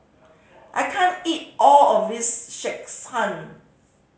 I can't eat all of this